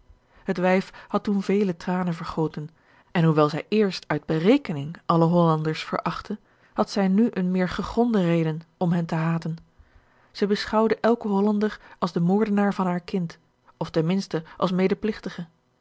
het wijf had toen vele tranen vergoten en hoewel zij eerst uit berekening alle hollanders verachtte had zij nu een meer gegronde reden om hen te haten zij beschouwde elken hollander als den moordenaar van haar kind of ten minste als medepligtige